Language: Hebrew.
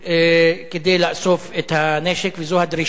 כדי לאסוף את הנשק, וזאת הדרישה,